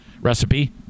recipe